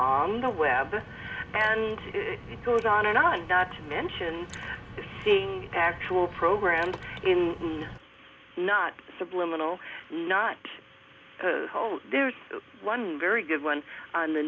on the web and it goes on and on not to mention being actual programmed in not subliminal not whole there is one very good one on the